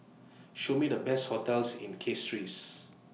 Show Me The Best hotels in Castries